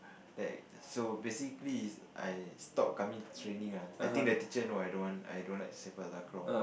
then so basically is I stop coming to training lah I think the teacher know I don't want I don't like Sepak takraw